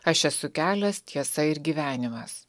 aš esu kelias tiesa ir gyvenimas